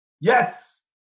Yes